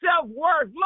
self-worth